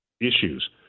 issues